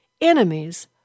enemies